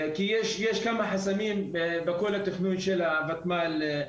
כי יש כמה חסמים בכל התכנון של הוותמ"ל.